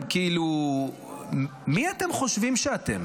כאילו, מי אתם חושבים שאתם,